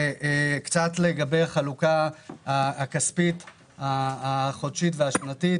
השקף הבא מתייחס לחלוקה הכספית החודשית והשנתית.